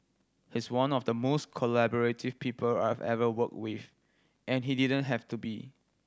he's one of the most collaborative people I've ever worked with and he didn't have to be